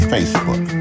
Facebook